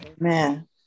Amen